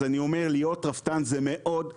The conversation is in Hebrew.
להיות רפתן זה מאוד קשה.